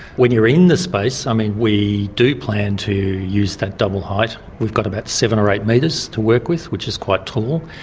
when you're in the space, i mean, we do plan to use that double height. we've got about seven or eight metres to work with, which is quite tall,